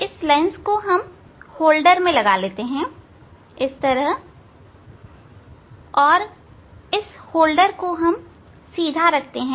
हम लेंस को उत्तल लेंस होल्डर में लगाते हैं और हम उस होल्डर को सीधा रखते हैं